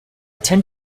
tend